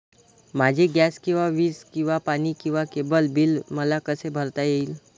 माझे गॅस किंवा वीज किंवा पाणी किंवा केबल बिल मला कसे भरता येईल?